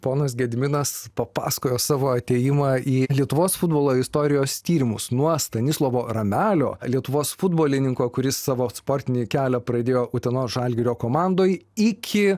ponas gediminas papasakojo savo atėjimą į lietuvos futbolo istorijos tyrimus nuo stanislovo ramelio lietuvos futbolininko kuris savo sportinį kelią pradėjo utenos žalgirio komandoj iki